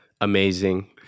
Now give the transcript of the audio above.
Amazing